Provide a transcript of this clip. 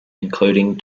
including